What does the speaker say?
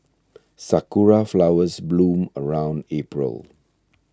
sakura flowers bloom around April